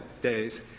days